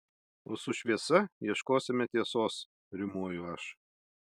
o su šviesa ieškosime tiesos rimuoju aš